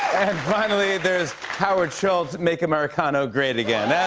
finally, there's, howard schultz make americano great again.